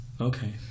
okay